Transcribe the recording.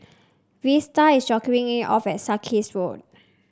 Vester is dropping me off at Sarkies Road